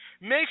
Make